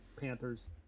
panthers